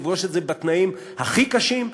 נפגוש את זה בתנאים הכי קשים,